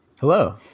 Hello